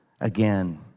again